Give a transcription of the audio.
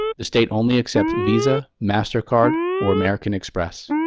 the state only accept visa, mastercard, or american express.